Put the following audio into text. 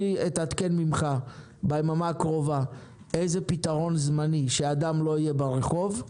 אני אתעדכן ממך ביממה הקרובה איזה פתרון זמני שאדם לא יהיה ברחוב,